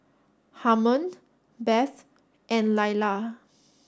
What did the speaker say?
Harmon Beth and Lailah